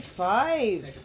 five